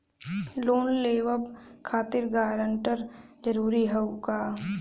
Loan लेवब खातिर guarantor जरूरी हाउ का?